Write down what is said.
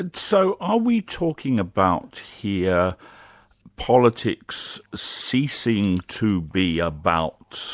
and so are we talking about here politics ceasing to be about,